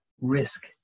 risk